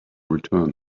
return